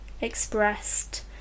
expressed